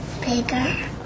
bigger